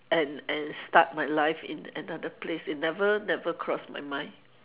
and and start my life in another place it never never crossed my mind